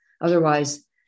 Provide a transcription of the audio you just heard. Otherwise